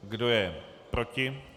Kdo je proti?